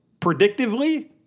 predictively